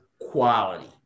quality